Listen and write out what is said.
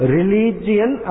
Religion